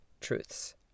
truths